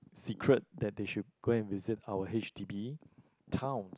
secret that they should go and visit our H_D_B town